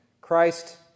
Christ